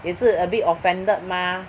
也是 a bit offended mah